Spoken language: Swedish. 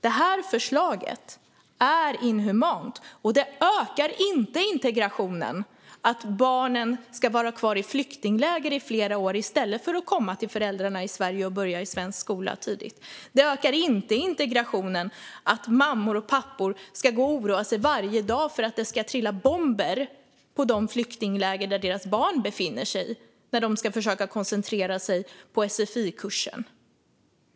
Detta förslag är inhumant, och det ökar inte integrationen att barnen ska vara kvar i flyktingläger i flera år i stället för att komma till föräldrarna i Sverige och börja i svensk skola tidigt. Det ökar inte integrationen att mammor och pappor ska gå och oroa sig varje dag för att det ska trilla bomber på de flyktingläger där deras barn befinner sig, när de ska försöka koncentrera sig på sfi-kursen.